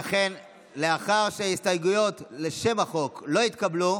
לאחר שההסתייגויות לשם החוק לא התקבלו,